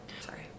Sorry